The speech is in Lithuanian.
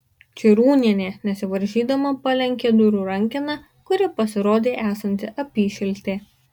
čirūnienė nesivaržydama palenkė durų rankeną kuri pasirodė esanti apyšiltė